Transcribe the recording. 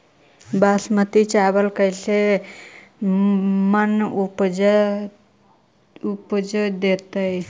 बासमती चावल कैसे मन उपज देतै?